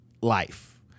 life